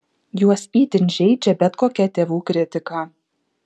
juos itin žeidžia bet kokia tėvų kritika